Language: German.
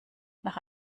nach